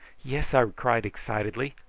yes! i cried excitedly.